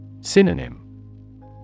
Synonym